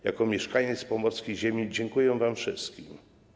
Jako mieszkaniec pomorskiej ziemi dziękuję wam wszystkim.